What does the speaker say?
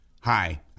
Hi